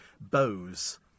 bows